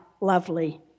lovely